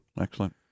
Excellent